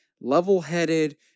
level-headed